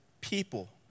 people